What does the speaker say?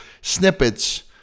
snippets